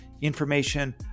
Information